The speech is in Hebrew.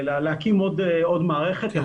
להקים עוד מערכת.